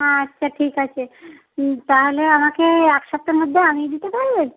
আচ্ছা ঠিক আছে তাহলে আমাকে এক সপ্তাহর মধ্যে আনিয়ে দিতে পারবেন